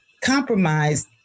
compromised